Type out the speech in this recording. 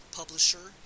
publisher